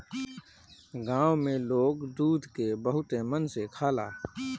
गाँव में लोग दूध के बहुते मन से खाला